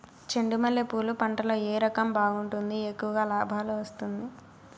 చెండు మల్లె పూలు పంట లో ఏ రకం బాగుంటుంది, ఎక్కువగా లాభాలు వస్తుంది?